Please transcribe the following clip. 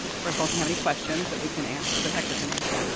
and first of all, if you have any questions that we can answer that hector can answer